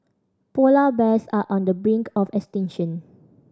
polar bears are on the brink of extinction